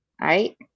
Right